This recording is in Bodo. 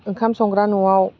ओंखाम संग्रा न'आव